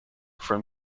from